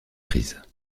prises